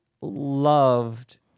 loved